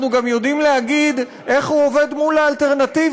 אנחנו גם יודעים להגיד איך הוא עובד מול האלטרנטיבה.